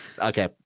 Okay